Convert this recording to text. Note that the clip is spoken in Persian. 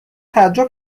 تعجب